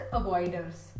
avoiders